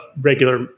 regular